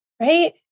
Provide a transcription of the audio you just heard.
right